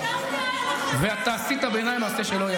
חטפת על חמאס.